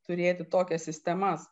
turėti tokias sistemas